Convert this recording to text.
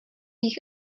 jich